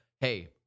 hey